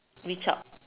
reach out